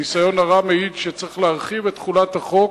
הניסיון הרע מעיד שצריך להרחיב את תחולת החוק.